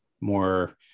more